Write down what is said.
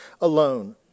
alone